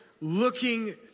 looking